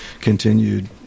continued